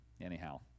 anyhow